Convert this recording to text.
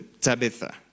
Tabitha